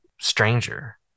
stranger